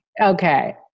Okay